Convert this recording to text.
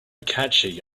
catchy